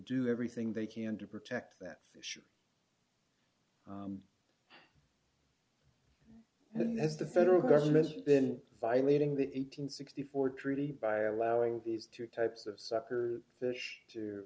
do everything they can to protect that issue and that's the federal government's been violating the eight hundred and sixty four treaty by allowing these two types of sucker fish to